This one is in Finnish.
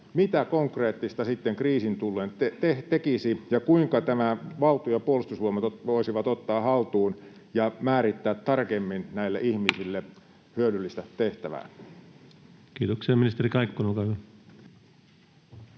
mitä konkreettista sitten kriisin tullen tekisi, ja kuinka valtio ja Puolustusvoimat voisivat ottaa tämän haltuun ja määrittää tarkemmin näille ihmisille hyödyllistä tehtävää. Kiitoksia. — Ministeri Kaikkonen,